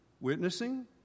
witnessing